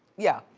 yeah,